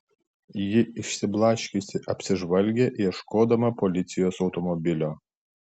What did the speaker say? ji išsiblaškiusi apsižvalgė ieškodama policijos automobilio